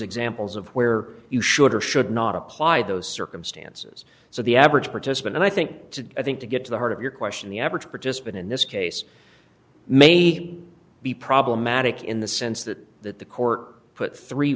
examples of where you should or should not apply those circumstances so the average participant and i think to i think to get to the heart of your question the average participant in this case may be problematic in the sense that that the court put three